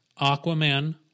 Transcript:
Aquaman